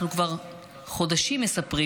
אנחנו כבר חודשים מספרים,